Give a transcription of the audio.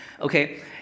Okay